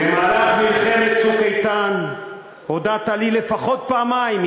במהלך מלחמת "צוק איתן" הודעת לי לפחות פעמיים,